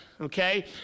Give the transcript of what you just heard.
okay